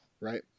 Right